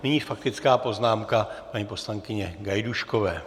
Nyní faktická poznámka paní poslankyně Gajdůškové.